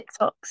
TikToks